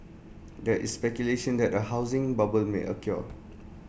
there is speculation that A housing bubble may occur